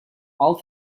all